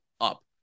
up